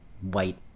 white